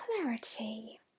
clarity